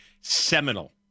Seminal